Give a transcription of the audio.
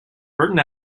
burton